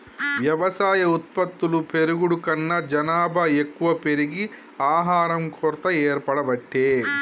వ్యవసాయ ఉత్పత్తులు పెరుగుడు కన్నా జనాభా ఎక్కువ పెరిగి ఆహారం కొరత ఏర్పడబట్టే